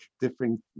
different